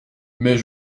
mais